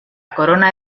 corona